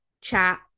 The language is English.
chat